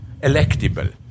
electable